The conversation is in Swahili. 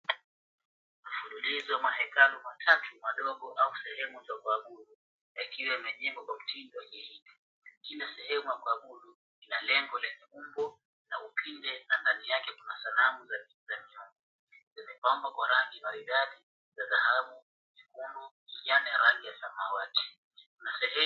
Hulizwa mahekalu matatu madogo au sehemu za kuabudu kila limejengwa kwa mtindo wa kipekee. Kila sehemu ya kuabudu ina lengo lake, umbo na upinde na ndani yake kuna sanamu za viumbe. Zimepambwa kwa rangi maridadi za dhahabu, chekundu, kijani rangi ya samawati. Kuna sehemu...